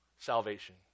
salvation